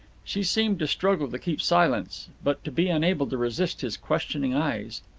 she seemed to struggle to keep silence, but to be unable to resist his questioning eyes.